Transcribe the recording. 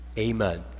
Amen